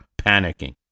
panicking